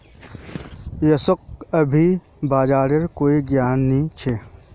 यशक अभी बाजारेर कोई ज्ञान नी छ